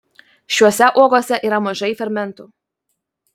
šiose uogose yra mažai fermentų